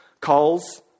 calls